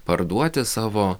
parduoti savo